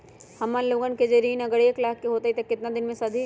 हमन लोगन के जे ऋन अगर एक लाख के होई त केतना दिन मे सधी?